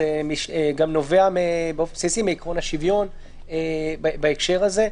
זה גם נובע באופן בסיסי מעיקרון השוויון בהקשר הזה.